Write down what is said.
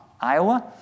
Iowa